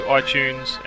iTunes